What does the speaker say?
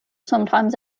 sometimes